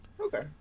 Okay